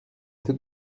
tout